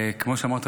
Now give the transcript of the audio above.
כמו שאמרת,